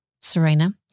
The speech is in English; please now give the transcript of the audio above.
Serena